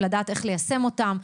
לדעת איך ליישם אותם,